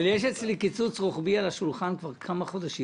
אבל יש אצלי קיצוץ רוחבי על השולחן כבר כמה חודשים,